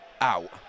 out